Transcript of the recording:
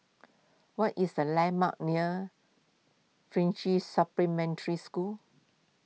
what is the landmarks near French Supplementary School